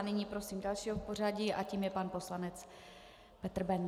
Nyní prosím dalšího v pořadí a tím je pan poslanec Petr Bendl.